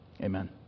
Amen